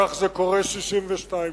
כך זה קורה 62 שנה.